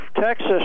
Texas